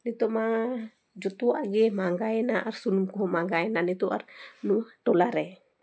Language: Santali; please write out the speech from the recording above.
ᱱᱤᱛᱳᱜ ᱢᱟ ᱡᱷᱚᱛᱚᱣᱟᱜ ᱜᱮ ᱢᱟᱦᱜᱟᱭᱮᱱᱟ ᱟᱨ ᱥᱩᱱᱩᱢ ᱠᱚᱦᱚᱸ ᱢᱟᱦᱜᱟᱭᱮᱱᱟ ᱱᱤᱛᱳᱜ ᱟᱨ ᱱᱚᱣᱟ ᱴᱚᱞᱟ ᱨᱮ